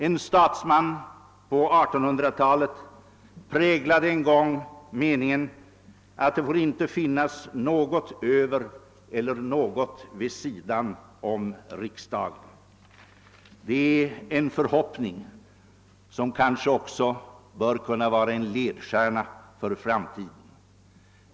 En statsman på 1800-talet präglade en gång satsen, att det inte får finnas något över eller något vid sidan om riksdagen. Det är en förhoppning som också bör kunna vara en ledstjärna för framtiden.